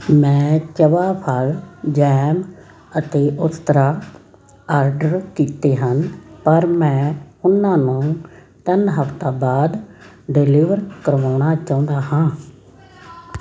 ਮੈਂ ਚਬਾ ਫਲ ਜੈਮ ਅਤੇ ਉਸਤਰਾ ਆਰਡਰ ਕੀਤੇ ਹਨ ਪਰ ਮੈਂ ਉਹਨਾਂ ਨੂੰ ਤਿੰਨ ਹਫ਼ਤਾ ਬਾਅਦ ਡਲੀਵਰ ਕਰਵਾਉਣਾ ਚਾਹੁੰਦਾ ਹਾਂ